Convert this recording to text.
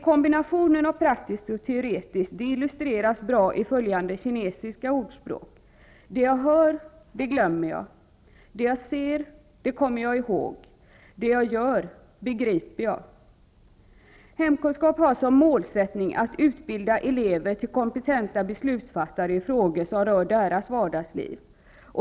Kombinationen av praktiskt och teoretiskt illustreras bra i följande kinesiska ordspråk: Det jag hör, det glömmer jag, det jag ser, det kommer jag ihåg, det jag gör, begriper jag. Undervisningen i hemkunskap har som mål att utbilda elever till kompetenta beslutsfattare i frågor som rör deras vardagsliv.